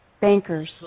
bankers